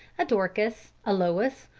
a dorcas, a lois,